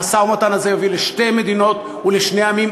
המשא-ומתן הזה יוביל לשתי מדינות ולשני עמים,